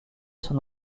son